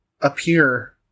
appear